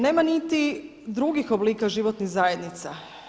Nema niti drugih oblika životnih zajednica.